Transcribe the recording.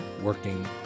working